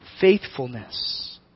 faithfulness